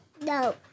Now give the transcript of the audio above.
No